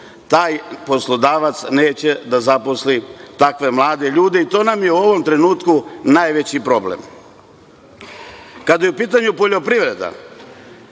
taj poslodavac neće da zaposli takve mlade ljude. To nam je u ovom trenutku najveći problem. Kada je u pitanju poljoprivreda,